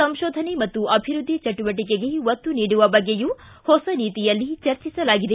ಸಂಶೋಧನೆ ಮತ್ತು ಅಭಿವೃದ್ದಿ ಚಟುವಟಕೆಗೆ ಒತ್ತು ನೀಡುವ ಬಗ್ಗೆಯೂ ಹೊಸ ನೀತಿಯಲ್ಲಿ ಚರ್ಚಿಸಲಾಗಿದೆ